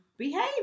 behave